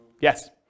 Yes